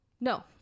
No